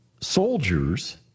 soldiers